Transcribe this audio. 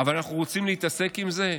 אבל אנחנו רוצים להתעסק עם זה,